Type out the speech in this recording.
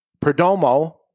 Perdomo